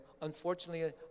unfortunately